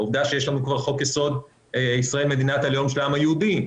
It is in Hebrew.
העובדה שיש לנו כבר חוק יסוד: ישראל מדינת הלאום של העם היהודי,